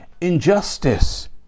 injustice